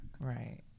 Right